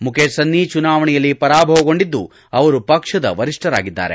ಮುಖೇಶ್ ಸನ್ನಿ ಚುನಾವಣೆಯಲ್ಲಿ ಪರಾಭವಗೊಂಡಿದ್ದು ಅವರು ಪಕ್ಷದ ವರಿಷ್ಠರಾಗಿದ್ದಾರೆ